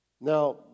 Now